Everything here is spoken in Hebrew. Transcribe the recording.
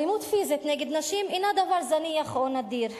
אלימות פיזית נגד נשים אינה דבר זניח או נדיר,